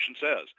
says